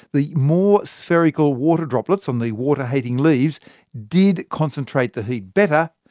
the more spherical water droplets on the water-hating leaves did concentrate the heat better,